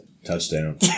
touchdown